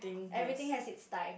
everything has its time